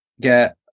get